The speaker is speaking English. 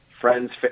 friends